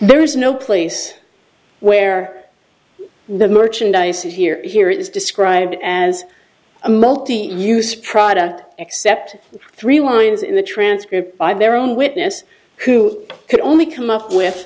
there is no place where the merchandise you hear here is described as a multi use product except three wines in the transcript by their own witness who could only come up with